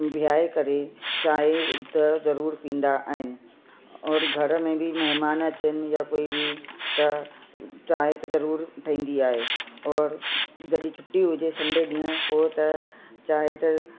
बिहाए करे चाय त ज़रूरु पीअंदा आहिनि और घर में बि महिमान अचनि या कोई बि त चांहिं त ज़रूरु ठहींदी आहे और जॾहिं छुट्टी हुजे संडे ॾींहुं पोइ त चांहिं त